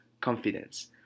Confidence